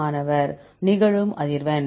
மாணவர் நிகழும் அதிர்வெண்